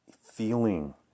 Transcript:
feeling